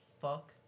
fuck